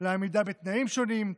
לעמידה בתנאים שונים,